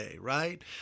right